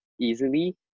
easily